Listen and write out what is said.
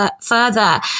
further